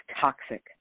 toxic